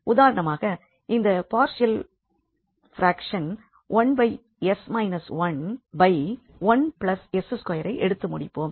உதாரணமாக இந்த partial fraction 1s 11s2 ஐ எடுத்து முடிப்போம்